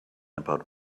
about